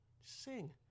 sing